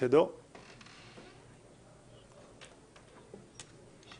הצבעה בעד, 8 נגד, אין נמנעים, אין הבקשה אושרה.